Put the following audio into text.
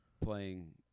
playing